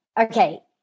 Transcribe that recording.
okay